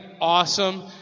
awesome